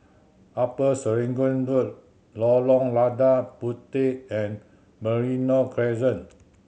Upper Serangoon Road Lorong Lada Puteh and Merino Crescent